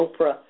Oprah